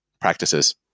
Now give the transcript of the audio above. practices